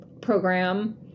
program